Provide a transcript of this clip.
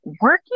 Working